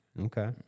Okay